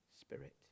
Spirit